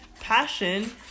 passion